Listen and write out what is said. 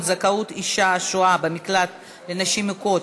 זכאות אישה השוהה במקלט לנשים מוכות),